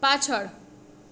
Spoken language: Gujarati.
પાછળ